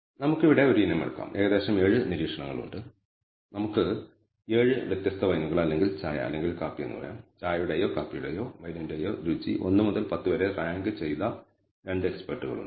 നമുക്ക് ഇവിടെ ഒരു ഇനം എടുക്കാം ഏകദേശം 7 നിരീക്ഷണങ്ങൾ ഉണ്ട് നമുക്ക് 7 വ്യത്യസ്ത വൈനുകൾ അല്ലെങ്കിൽ ചായ അല്ലെങ്കിൽ കാപ്പി എന്ന് പറയാം ചായയുടെയോ കാപ്പിയുടെയോ വൈനിന്റെയോ രുചി 1 മുതൽ 10 വരെ റാങ്ക് ചെയ്ത രണ്ട് എക്സ്പെർട്ടുകളുണ്ട്